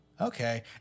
okay